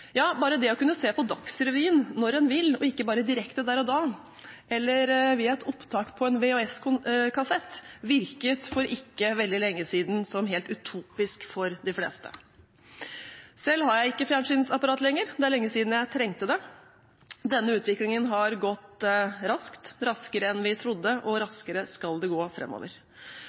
Ja, bare det å kunne se på Dagsrevyen når en vil, og ikke bare direkte der og da eller via et opptak på en VHS-kassett, virket for ikke veldig lenge siden som helt utopisk for de fleste. Selv har jeg ikke fjernsynsapparat lenger. Det er lenge siden jeg trengte det. Denne utviklingen har gått raskt, raskere enn vi trodde, og raskere skal det gå